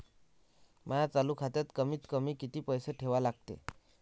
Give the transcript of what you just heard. माया चालू खात्यात कमीत कमी किती पैसे ठेवा लागते?